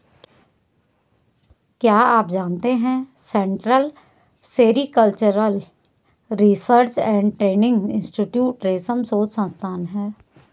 क्या आप जानते है Central Sericultural Research and Training Institute रेशम शोध संस्थान है?